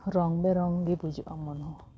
ᱨᱚᱝᱵᱮᱨᱚᱝ ᱜᱮ ᱵᱩᱡᱷᱟᱹᱼᱟ ᱢᱚᱱ ᱦᱚᱸ